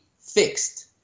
fixed